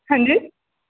हां जी